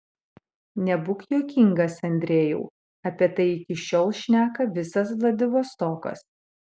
nebūk juokingas andrejau apie tai iki šiol šneka visas vladivostokas